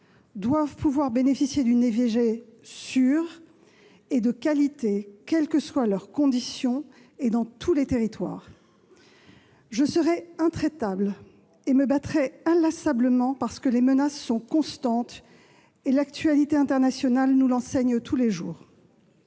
doivent pouvoir bénéficier d'une IVG sûre et de qualité, quelles que soient leurs conditions et dans tous les territoires. Je serai intraitable et me battrai inlassablement, parce que les menaces sont constantes- l'actualité internationale nous l'enseigne tous les jours.